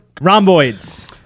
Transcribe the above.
Rhomboids